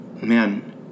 man